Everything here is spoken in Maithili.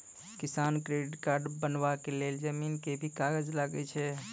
किसान क्रेडिट कार्ड बनबा के लेल जमीन के भी कागज लागै छै कि?